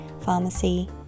pharmacy